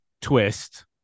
twist